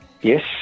Yes